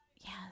Yes